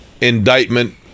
indictment